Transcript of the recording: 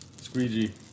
Squeegee